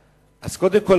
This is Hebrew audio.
אז קודם כול,